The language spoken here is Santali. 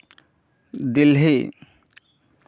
ᱫᱤᱞᱞᱤ